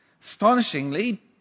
Astonishingly